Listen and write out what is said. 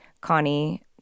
Connie